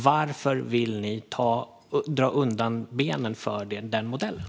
Varför vill ni dra undan benen för den modellen?